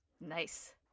Nice